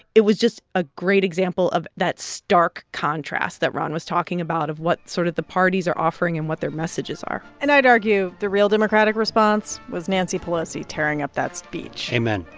it was just a great example of that stark contrast that ron was talking about of what sort of the parties are offering and what their messages are and i'd argue the real democratic response was nancy pelosi tearing up that speech amen.